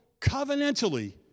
covenantally